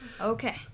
Okay